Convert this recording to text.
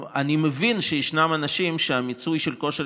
אני מבין שישנם אנשים שהמיצוי של כושר